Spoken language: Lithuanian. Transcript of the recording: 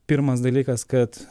pirmas dalykas kad